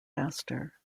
faster